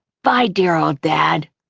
bye, dear ol' dad.